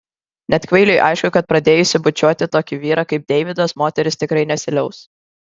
net kvailiui aišku kad pradėjusi bučiuoti tokį vyrą kaip deividas moteris tikrai nesiliaus